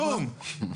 כלום.